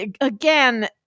again